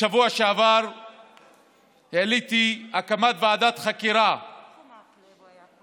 בשבוע שעבר העליתי הקמת ועדת חקירה פרלמנטרית